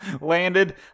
landed